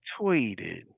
tweeted